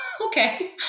okay